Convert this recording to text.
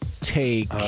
take